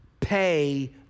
pay